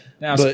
Now